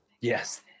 yes